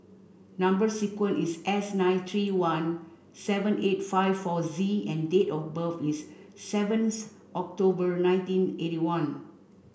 number sequence is S nine three one seven eight five four Z and date of birth is seventh October nineteen eighty one